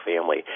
family